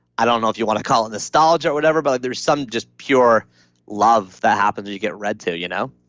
i don't know if you want to call it nostalgia or whatever but like there's some just pure love that happens when you get read to, you know?